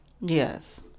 Yes